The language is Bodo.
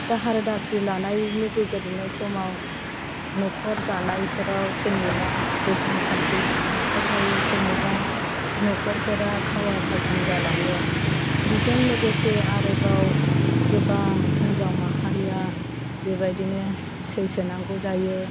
दाहार दासि लानायनि गेजेरजोंनो समाव नखर जानायफोराव सोरनिबा गोजोन सान्थि नखर जायो सोरनिबा नखरफोरा खावा खालथां जालाङो बिजों लोगोसे आरोबाव गोबां होन्जाव माहारिया बेबादिनो सैसोनांगौ जायो